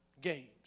Games